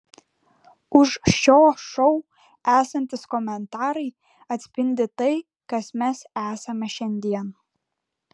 už šio šou esantys komentarai atspindi tai kas mes esame šiandien